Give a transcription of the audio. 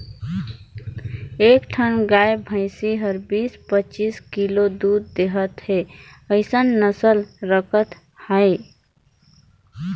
एक ठन गाय भइसी हर बीस, पचीस किलो दूद देहत हे अइसन नसल राखत अहे